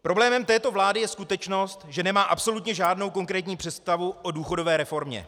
Problémem této vlády je skutečnost, že nemá absolutně žádnou konkrétní představu o důchodové reformě.